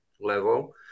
level